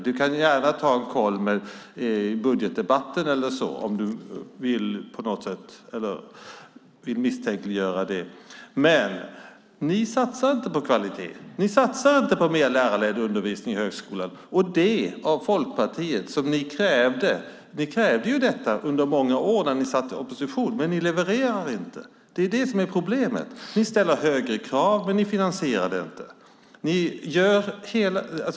Du kan gärna ta en koll i budgetdebatten om du vill misstänkliggöra det. Ni satsar inte på kvalitet och mer lärarledd undervisning i högskolan. Det krävde Folkpartiet i många år när ni satt i opposition, men ni levererar inte. Det är problemet. Ni ställer högre krav, men ni finansierar det inte.